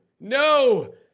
no